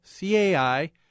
CAI